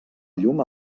llum